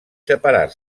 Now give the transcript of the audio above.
separar